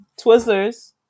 Twizzlers